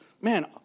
Man